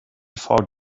four